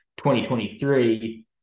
2023